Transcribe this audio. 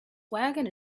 wagon